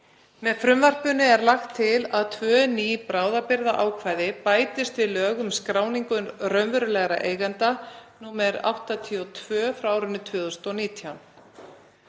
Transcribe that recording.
Með frumvarpinu er lagt til að tvö ný bráðabirgðaákvæði bætist við lög um skráningu raunverulegra eigenda, nr. 82/2019.